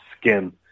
skin